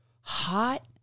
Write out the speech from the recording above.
hot